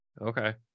Okay